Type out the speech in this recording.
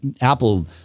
Apple